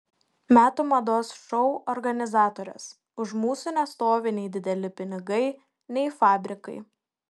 metų mados šou organizatorės už mūsų nestovi nei dideli pinigai nei fabrikai